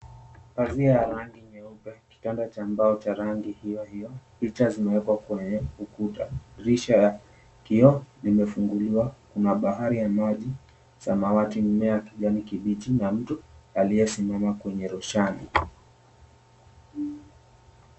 Pazia ya rangi nyeupe kitanda cha mbao cha rangi hio hio picha zimewekwa kwenyeukuta, dirisha kioo limefunguliwa kuna bahari ya maji samawati na mmea kijani kibichi na mtu aliyesimama kwenye roshani.